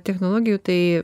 technologijų tai